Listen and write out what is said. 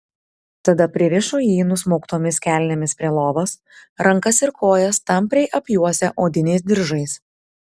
tada pririšo jį nusmauktomis kelnėmis prie lovos rankas ir kojas tampriai apjuosę odiniais diržais